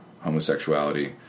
homosexuality